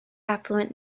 affluent